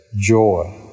joy